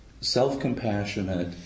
self-compassionate